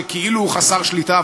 שהוא כאילו חסר שליטה,